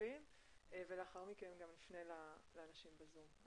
הנוספים ולאחר מכן גם נפנה לאנשים בזום.